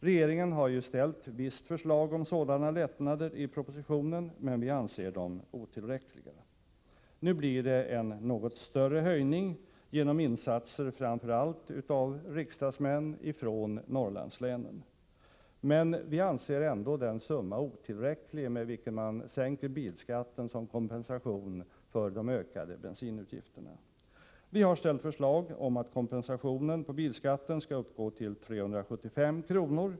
Regeringen har ju ställt visst förslag om sådana lättnader i propositionen, men vi anser dem vara otillräckliga. Nu blir det en något större höjning genom insatser av framför allt riksdagsmän från Norrlandslänen. Men vi anser ändå den summa med vilken man sänker bilskatten som kompensation för de ökade bensinutgifterna vara otillräcklig. Vi har föreslagit att kompensationen i fråga om bilskatten skall uppgå till 375 kr.